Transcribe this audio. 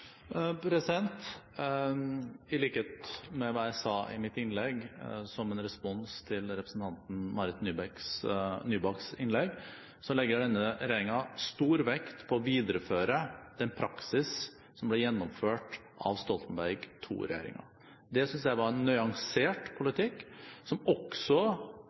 I likhet med hva jeg sa i mitt innlegg, som en respons til representanten Marit Nybakks innlegg, legger denne regjeringen stor vekt på å videreføre den praksis som ble gjennomført av Stoltenberg II-regjeringen. Det synes jeg var en nyansert politikk, som også